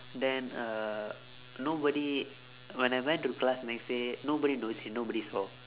then uh nobody when I went to class next day nobody knows and nobody saw